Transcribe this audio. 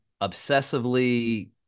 obsessively